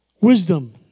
wisdom